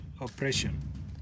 oppression